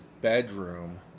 bedroom